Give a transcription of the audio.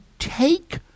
Take